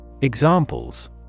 Examples